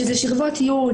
שזה שכבות י',